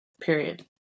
period